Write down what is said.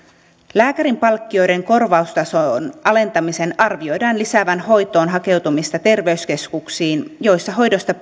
lääkärinpalkkioiden korvaustason alentamisen arvioidaan lisäävän hoitoon hakeutumista terveyskeskuksiin joissa hoidosta